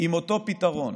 עם אותו פתרון